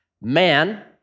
Man